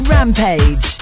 Rampage